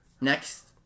next